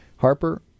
Harper